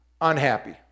unhappy